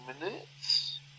minutes